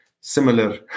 similar